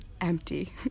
empty